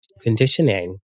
conditioning